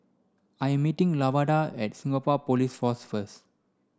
I am meeting Lavada at Singapore Police Force first